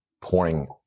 pouring